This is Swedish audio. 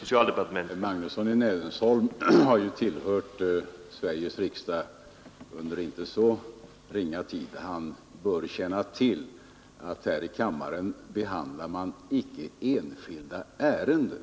Herr talman! Herr Magnusson i Nennesholm har ju tillhört Sveriges riksdag under inte så ringa tid och bör därför känna till att vi här i kammaren inte behandlar enskilda ärenden.